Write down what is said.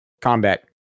combat